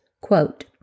Quote